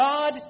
God